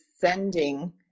sending